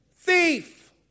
thief